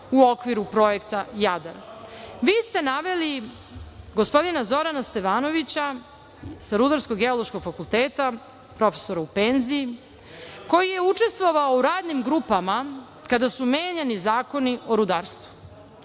u okviru projekta Jadar. Vi ste naveli gospodina Zorana Stevanovića sa Rudarsko-geološkog fakulteta, profesora u penziji, koji je učestvovao u radnim grupama kada su menjani zakoni o rudarstvu.